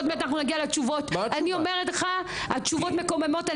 התשובות מקוממות.